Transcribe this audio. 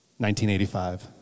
1985